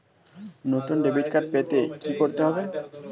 নতুন debit card পেতে কী করতে হবে?